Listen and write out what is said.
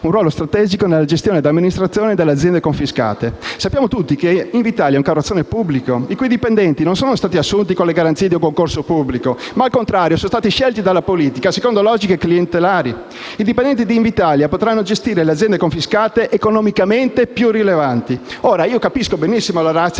un ruolo strategico nella gestione ed amministrazione delle aziende confiscate. Sappiamo tutti che Invitalia è un carrozzone pubblico, i cui dipendenti non sono stati assunti con le garanzie di un concorso pubblico, ma al contrario sono stati scelti dalla politica secondo logiche clientelari. Ebbene, i dipendenti di Invitalia potranno gestire le aziende confiscate economicamente più rilevanti. Capisco benissimo la *ratio*